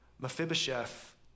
Mephibosheth